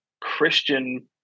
Christian